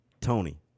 Tony